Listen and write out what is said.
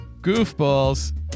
Goofballs